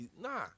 Nah